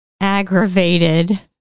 aggravated